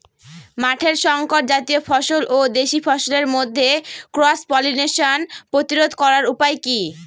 মাঠের শংকর জাতীয় ফসল ও দেশি ফসলের মধ্যে ক্রস পলিনেশন প্রতিরোধ করার উপায় কি?